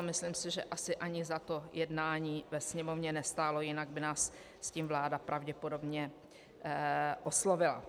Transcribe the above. Myslím si, že asi ani za to jednání ve Sněmovně nestálo, jinak by nás s tím vláda pravděpodobně oslovila.